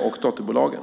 och dotterbolagen.